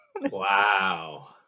Wow